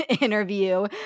interview